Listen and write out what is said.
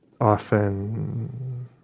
often